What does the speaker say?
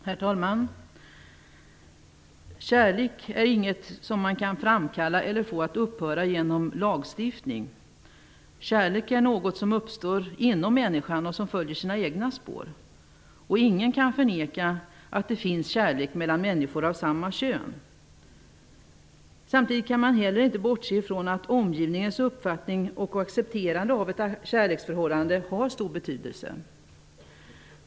Herr talman! Kärlek är inget som man kan framkalla eller få att upphöra genom lagstiftning. Kärlek är något som uppstår inom människan och som följer sina egna spår. Ingen kan förneka att det finns kärlek mellan människor av samma kön. Samtidigt kan man inte heller bortse från att omgivningens uppfattning och accepterande av ett kärleksförhållande har stor betydelse.